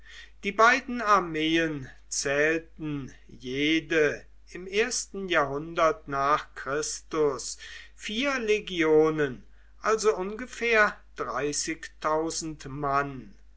die beiden armeen zählten jede im ersten jahrhundert n chr vier legionen also ungefähr mann